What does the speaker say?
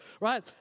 Right